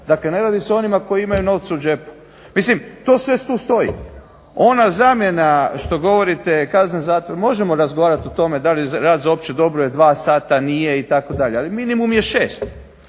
Dakle, ne radi se o onima koji imaju novce u džepu. Mislim to sve tu stoji. Ona zamjena što govorite kazne zatvora, možemo razgovarati o tome da li je rad za opće dobro je dva sata, nije itd., ali minimum je šest.